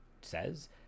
says